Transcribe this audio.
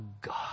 God